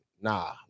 nah